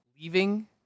leaving